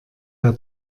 der